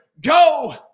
Go